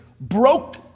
broke